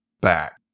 back